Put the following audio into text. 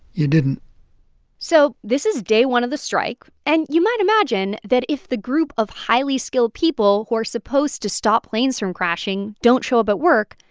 you didn't so this is day one of the strike. and you might imagine that if the group of highly skilled people who are supposed to stop planes from crashing don't show up at work,